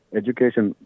education